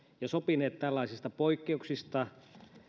ja sopineet tällaisista poikkeuksista